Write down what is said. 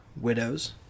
Widows